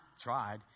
tried